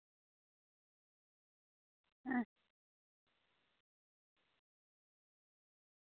ᱦᱮᱸ